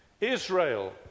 Israel